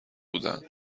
بودند